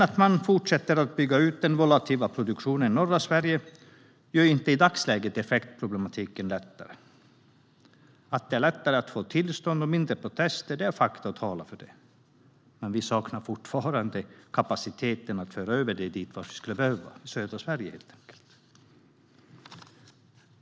Att man fortsätter att bygga ut den volatila produktionen i norra Sverige gör inte effektproblematiken mindre. Att det är lättare att få tillstånd och att det blir mindre protester är fakta och talar för detta, men vi saknar fortfarande kapacitet att föra elen till södra Sverige där den behövs.